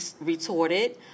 retorted